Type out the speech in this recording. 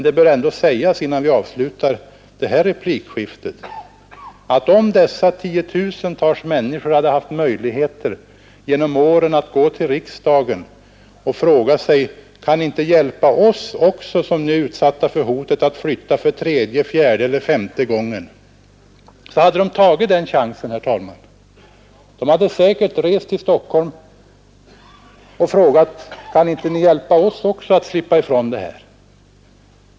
Det bör ändå sägas, herr talman, innan vi avslutar detta replikskifte, att om dessa tiotusentals människor hade haft möjligheter genom åren att gå till riksdagen och be om hjälp, när de varit utsatta för hotet att flyttas för tredje, fjärde eller femte gången, så hade de tagit chansen. De hade säkert rest till Stockholm och frågat: Kan ni inte hjälpa oss också att slippa ifrån det här?